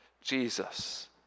Jesus